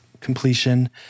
completion